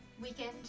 weekend